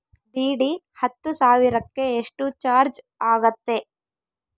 DD ಹತ್ತು ಸಾವಿರಕ್ಕೆ ಎಷ್ಟು ಚಾಜ್೯ ಆಗತ್ತೆ?